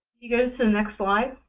you go to the next slide.